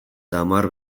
tamar